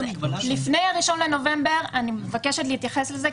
לפני ה-1 בנובמבר אני מבקשת להתייחס לזה,